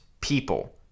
people